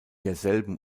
derselben